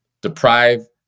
deprive